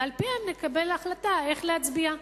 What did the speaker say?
ועל-פיהם נחליט איך להצביע.